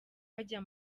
bajya